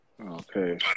Okay